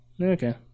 Okay